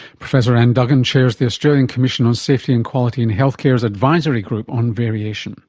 professor anne duggan chairs the australian commission on safety and quality in health care's advisory group on variation